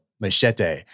Machete